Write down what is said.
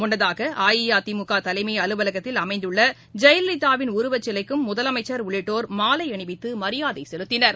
முள்ளதாகஅஇஅதிமுகதலைமையகத்தில் அமைந்துள்ளஜெயலலிதாவின் உருவச்சிலைக்கும் முதலமைச்சா் உள்ளிட்டோர் மாலைஅணிவித்துமரியாதைசெலுத்தினர்